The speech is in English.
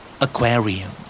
Aquarium